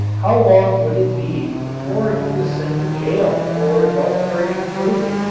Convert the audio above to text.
how long would it be before he was sent to jail for adulterating food?